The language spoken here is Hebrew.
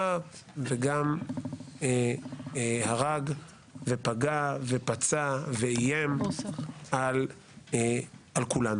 וגם הרג ופגע ופצע ואיים על כולנו.